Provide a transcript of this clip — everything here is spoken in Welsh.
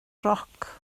roc